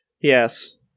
Yes